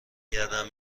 گردم